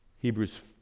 Hebrews